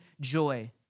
joy